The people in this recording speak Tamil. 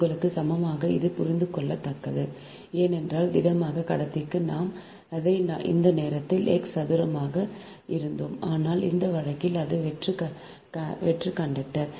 உங்களுக்கு சமமாக இது புரிந்துகொள்ளத்தக்கது ஏனென்றால் திடமான கடத்திக்கு நாம் அதை அந்த நேரத்தில் x சதுரமாக இருந்தோம் ஆனால் இந்த வழக்கில் அது வெற்று கண்டக்டர்